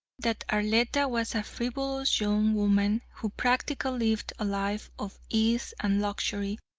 that arletta was a frivolous young woman, who practically lived a life of ease and luxury,